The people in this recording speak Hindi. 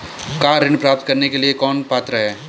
कार ऋण प्राप्त करने के लिए कौन पात्र है?